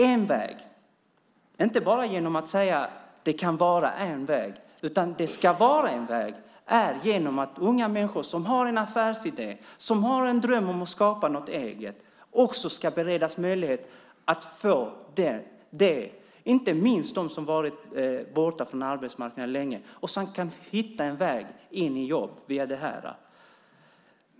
Det är inte bara genom att säga att det kan vara en väg, utan det ska vara en väg. Unga människor som har en affärsidé, som har en dröm om att skapa något eget, ska också beredas möjlighet till det, inte minst de som har varit borta från arbetsmarknaden länge och som kan hitta en väg in i jobb via det här.